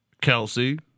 Kelsey